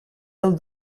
del